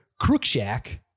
Crookshack